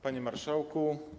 Panie Marszałku!